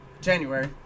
January